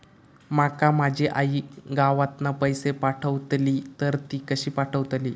माका माझी आई गावातना पैसे पाठवतीला तर ती कशी पाठवतली?